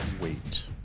wait